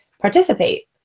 participate